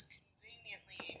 conveniently